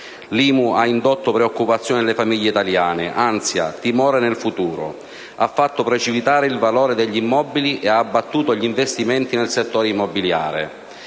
L'IMU ha indotto preoccupazione nelle famiglie italiane, ansia, timore del futuro; ha fatto precipitare il valore degli immobili ed ha abbattuto gli investimenti nel settore immobiliare;